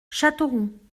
châteauroux